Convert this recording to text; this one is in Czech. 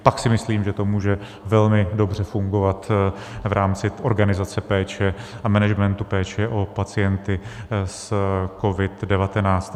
Pak si myslím, že to může velmi dobře fungovat v rámci organizace péče a managementu péče o pacienty s COVID19.